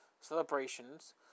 celebrations